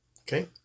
Okay